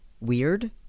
weird